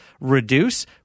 reduce